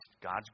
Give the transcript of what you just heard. God's